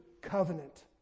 covenant